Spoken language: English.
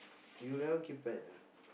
you never keep pet ah